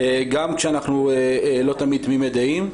גם כשאנחנו לא תמיד תמימי דעים.